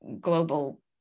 global